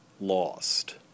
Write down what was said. lost